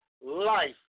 life